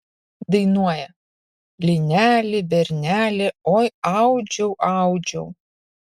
dainuoja lineli berneli oi audžiau audžiau